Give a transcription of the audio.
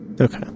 Okay